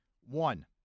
One